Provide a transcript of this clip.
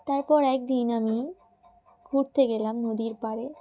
তারপর একদিন আমি ঘুরতে গেলাম নদীর পাড়ে